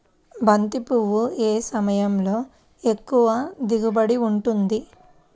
బంతి పువ్వు ఏ సమయంలో ఎక్కువ దిగుబడి ఉంటుంది?